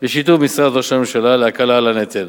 בשיתוף עם משרד ראש הממשלה להקלת הנטל,